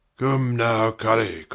come now, colly,